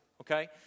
okay